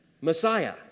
Messiah